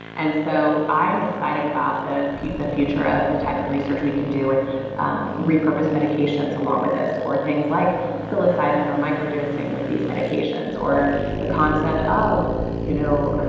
and so i am excited about the the future of the type of research we can do with um repurpose medications along with this or things like psilocybin or micro dosing with these medications or the concept of you know